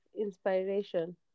inspiration